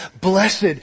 Blessed